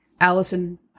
allison